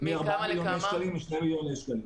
מ-4 מיליוני שקלים ל-2 מיליוני שקלים,